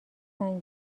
سنگ